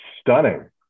stunning